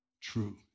true